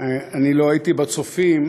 אני לא הייתי ב"צופים",